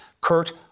Kurt